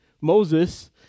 Moses